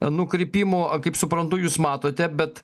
nukrypimų a kaip suprantu jūs matote bet